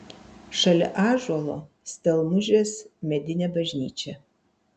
šalia ąžuolo stelmužės medinė bažnyčia